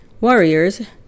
warriors